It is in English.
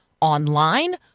online